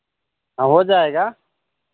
हाँ हो जाएगा